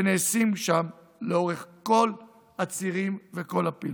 שנעשים שם לאורך כל הצירים וכל הפעילות.